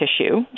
tissue